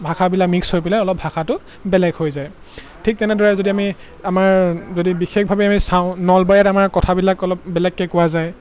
ভাষাবিলাক মিক্স হৈ পেলাই অলপ ভাষাটো বেলেগ হৈ যায় ঠিক তেনেদৰে যদি আমি আমাৰ যদি বিশেষভাৱে আমি চাওঁ নলবাৰীত আমাৰ কথাবিলাক অলপ বেলেগকৈ কোৱা যায়